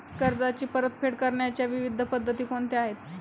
कर्जाची परतफेड करण्याच्या विविध पद्धती कोणत्या आहेत?